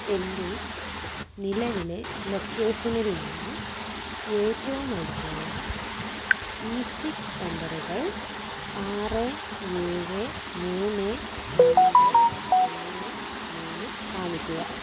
എൻ്റെ നിലവിലെ ലൊക്കേഷനിൽനിന്ന് ഏറ്റവും അടുത്തുള്ള ഈസിക് സെൻ്ററുകൾ ആറ് ഏഴ് മൂന്ന് രണ്ട് ഒന്ന് മൂന്ന് കാണിക്കുക